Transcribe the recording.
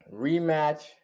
rematch